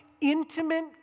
intimate